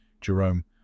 Jerome